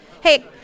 Hey